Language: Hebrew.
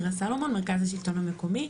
מירה סלומון, מרכז השלטון המקומי.